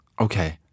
Okay